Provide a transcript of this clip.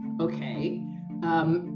Okay